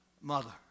mother